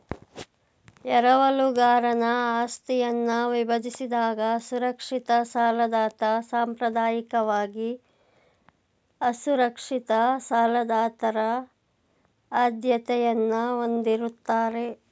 ಎರವಲುಗಾರನ ಆಸ್ತಿಯನ್ನ ವಿಭಜಿಸಿದಾಗ ಸುರಕ್ಷಿತ ಸಾಲದಾತ ಸಾಂಪ್ರದಾಯಿಕವಾಗಿ ಅಸುರಕ್ಷಿತ ಸಾಲದಾತರ ಆದ್ಯತೆಯನ್ನ ಹೊಂದಿರುತ್ತಾರೆ